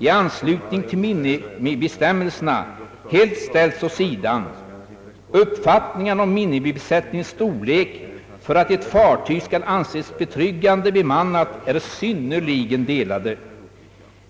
i anslutning till minimibestämmelserna helt ställts åt sidan. Uppfattningarna om minimibesättningens storlek för att ett fartyg skall anses betryggande bemannat är synnerligen delade.